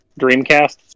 Dreamcast